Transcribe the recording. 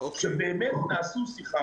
אני רוצה להסביר משהו.